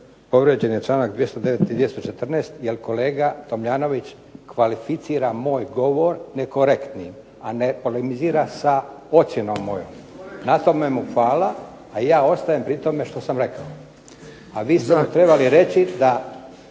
povrijeđen je članak 209. i 214. jer kolega Tomljanović kvalificira moj govor nekorektnim, a ne polemizira sa ocjenom mojom. Na tome mu hvala, a ja ostajem pritom što sam rekao. A vi ste mu trebali reći da